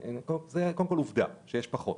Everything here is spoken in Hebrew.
זו קודם כל עובדה שיש פחות.